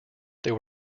there